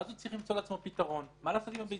ואז הוא צריך למצוא לעצמו פתרון מה לעשות עם הביצים.